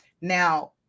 Now